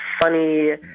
funny